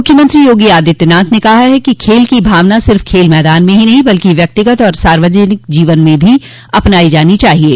मुख्यमंत्री योगी आदित्यनाथ ने कहा है कि खेल की भावना सिर्फ खेल मैदान में ही नहीं बल्कि व्यक्तिगत और सार्वजनिक जीवन में भी अपनाई जानी चाहिये